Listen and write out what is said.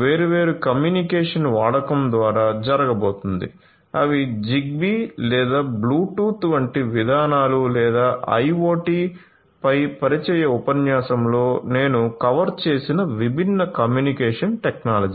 వేర్వేరు కమ్యూనికేషన్ వాడకం ద్వారా జరగబోతోంది అవి జిగ్బీ లేదా బ్లూటూత్ వంటి విధానాలు లేదా ఐయోటి పై పరిచయ ఉపన్యాసంలో నేను కవర్ చేసిన విభిన్న కమ్యూనికేషన్ టెక్నాలజీస్